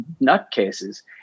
nutcases